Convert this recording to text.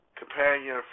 companion